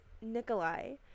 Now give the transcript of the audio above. Nikolai